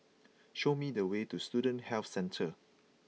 show me the way to Student Health Centre